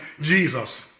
Jesus